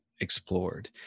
explored